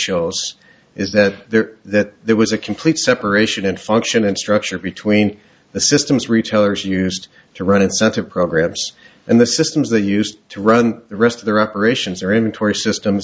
shows is that there that there was a complete separation in function and structure between the systems retailers used to run incentive programs and the systems they used to run the rest of their operations or even torii systems